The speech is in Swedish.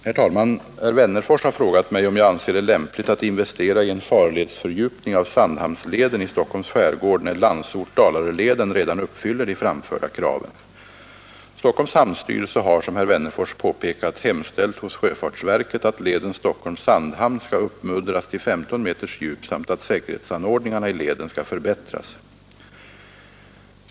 Herr talman! Herr Wennerfors har frågat mig om jag anser det lämpligt att investera i en farledsfördjupning av Sandhamnsleden i Stockholms skärgård när Landsort—Dalaröleden redan uppfyller de framförda kraven. Stockholms hamnstyrelse har, som herr Wennerfors påpekat, hemställt hos sjöfartsverket att leden Stockholm—Sandhamn skall uppmuddras till 15 m djup samt att säkerhetsanordningarna i leden skall förbättras.